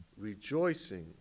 rejoicing